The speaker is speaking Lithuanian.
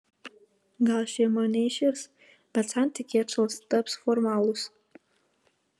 gal šeima neiširs bet santykiai atšals taps formalūs